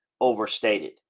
overstated